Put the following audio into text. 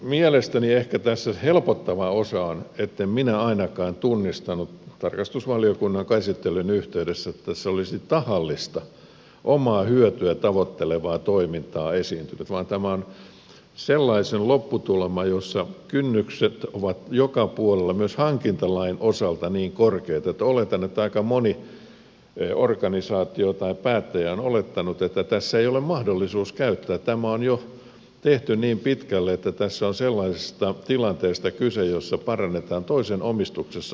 mielestäni ehkä tässä helpottava osa on etten minä ainakaan tunnistanut tarkastusvaliokunnan käsittelyn yhteydessä että tässä olisi tahallista omaa hyötyä tavoittelevaa toimintaa esiintynyt vaan tämä on sellainen lopputulema jossa kynnykset ovat joka puolella myös hankintalain osalta niin korkeat että oletan että aika moni organisaatio tai päättäjä on olettanut että tässä ei ole mahdollisuus käyttää tämä on jo tehty niin pitkälle että tässä on sellaisesta tilanteesta kyse jossa parannetaan toisen omistuksessa olevaa ohjelmistoa